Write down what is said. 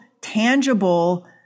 tangible